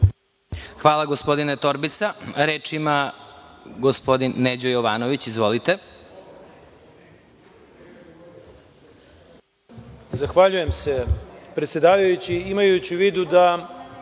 Hvala gospodine Torbica. Reč ima gospodin Neđo Jovanović. Izvolite.